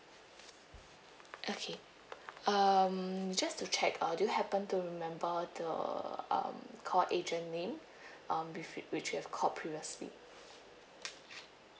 okay um just to check uh do you happen to remember the um call agent name um which you which you've called previously